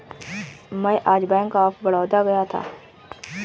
मैं आज bank of Baroda गया था